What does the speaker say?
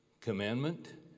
commandment